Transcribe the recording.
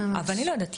אבל אני לא יודעת,